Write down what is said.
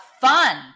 fun